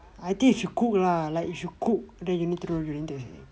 I think if you cook lah like if you cook then you need to do urine test